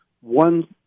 one